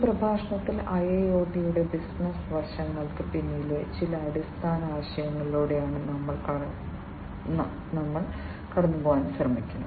ഈ പ്രഭാഷണത്തിൽ IIoT യുടെ ബിസിനസ്സ് വശങ്ങൾക്ക് പിന്നിലെ ചില അടിസ്ഥാന ആശയങ്ങളിലൂടെയാണ് നമ്മൾ പോകാൻ പോകുന്നത്